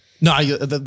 no